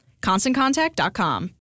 ConstantContact.com